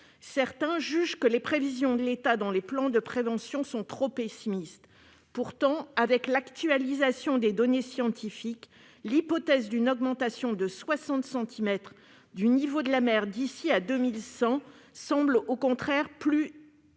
Certains jugent les prévisions de l'État dans les plans de prévention trop pessimistes. Pourtant, avec l'actualisation des données scientifiques, l'hypothèse d'une augmentation de 60 centimètres du niveau de la mer d'ici à 2100 semble au contraire plutôt